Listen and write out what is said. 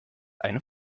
eine